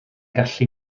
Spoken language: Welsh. gallu